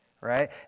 Right